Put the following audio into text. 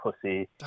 pussy